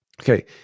okay